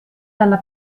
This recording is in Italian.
dalla